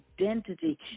identity